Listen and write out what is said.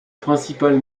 principale